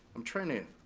i'm trying to